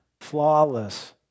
flawless